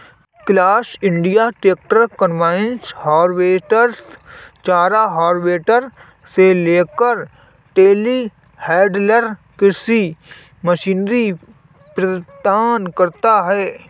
class India tractor, combine harvester, चारा harvester से लेकर टेलीहैंडलर कृषि मशीनरी प्रदान करता है